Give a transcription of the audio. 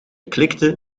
klikte